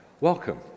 welcome